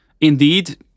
indeed